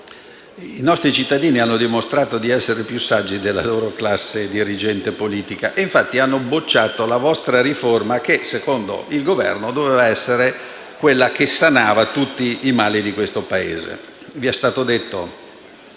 I nostri cittadini hanno dimostrato di essere più saggi della loro classe dirigente e politica. E, infatti, hanno bocciato la vostra riforma che - secondo il Governo - avrebbe sanato tutti i mali del Paese. Vi è stato detto